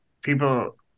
people